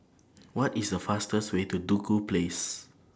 What IS The fastest Way to Duku Place